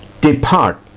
depart